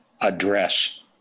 address